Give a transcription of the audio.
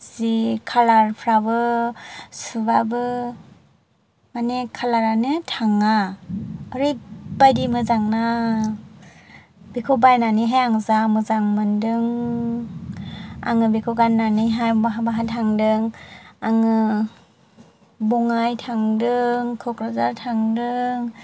जि खालारफ्राबो सुबाबो माने खालारानो थाङा ओरैबायदि मोजांना बेखौ बायनानैहाय आं जा मोजां मोनदों आङो बेखौ गाननानैहाय बहा बहा थांदों आङो बङाइ थांदों क'क्राझार थांदों